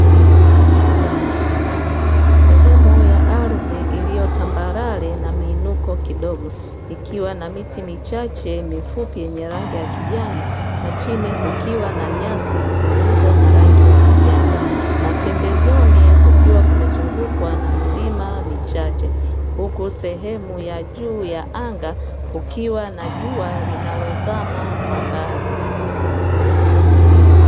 Sehemu ya ardhi iliyo tambarare na miinuko kidogo ikiwa na miti michache mifupi yenye rangi ya kijani, chini kukiwa na nyasi zilizo na rangi ya kijani. Na pembezoni kukiwa kumezungukwa na milima michache huku sehemu ya juu ya anga kukiwa na jua linalozama kwa mbali.